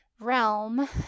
realm